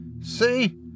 See